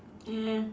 eh